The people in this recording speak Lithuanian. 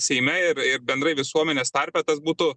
seime ir ir bendrai visuomenės tarpe tas būtų